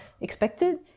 expected